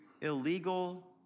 illegal